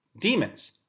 demons